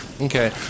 okay